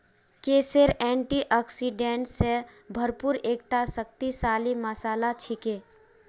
केसर एंटीऑक्सीडेंट स भरपूर एकता शक्तिशाली मसाला छिके